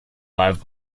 live